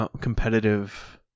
competitive